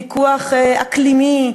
ויכוח אקלימי,